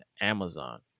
amazon